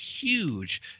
huge